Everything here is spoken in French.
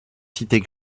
cités